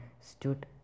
stood